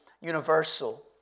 universal